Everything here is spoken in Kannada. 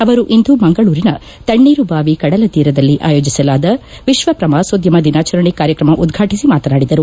ಅವರು ಇಂದು ಮಂಗಳೂರಿನ ತಣ್ಣೇರುಬಾವಿ ಕಡಲ ತೀರದಲ್ಲಿ ಅಯೋಜಿಸಲಾದ ವಿಶ್ವ ಪ್ರವಾಸೋದ್ಯಮ ದಿನಾಚರಣೆ ಕಾರ್ಯಕ್ರಮ ಉದ್ಘಾಟಿಸಿ ಮಾತನಾಡಿದರು